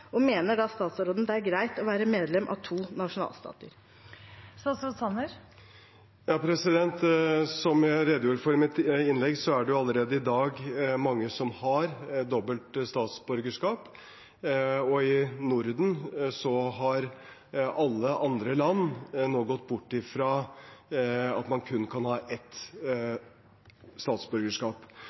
og mener statsråden det er greit å være medlem av to nasjonalstater? Som jeg redegjorde for i mitt innlegg, er det allerede i dag mange som har dobbelt statsborgerskap, og i Norden har alle andre land nå gått bort fra at man kun kan ha ett statsborgerskap.